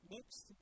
Next